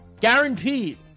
guaranteed